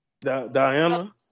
Diana